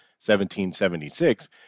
1776